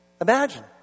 Imagine